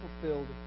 fulfilled